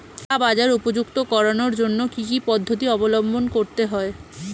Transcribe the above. চা বাজার উপযুক্ত করানোর জন্য কি কি পদ্ধতি অবলম্বন করতে হয়?